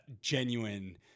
genuine